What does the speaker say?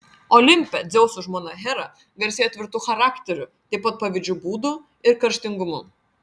olimpe dzeuso žmona hera garsėjo tvirtu charakteriu taip pat pavydžiu būdu ir kerštingumu